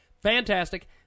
Fantastic